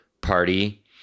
party